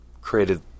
created